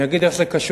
אני אגיד איך זה קשור.